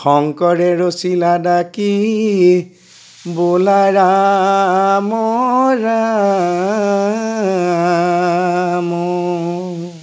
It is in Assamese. শংকৰেৰ ৰচিলা ডকি বোলা ৰাম ৰাম